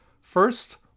First